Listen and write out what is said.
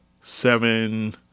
seven